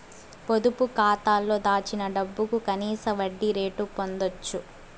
పొదుపు కాతాలో దాచిన డబ్బుకు కనీస వడ్డీ రేటు పొందచ్చు